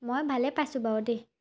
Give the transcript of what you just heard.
মই ভালে পাইছোঁ বাৰু দেই